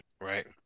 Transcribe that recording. right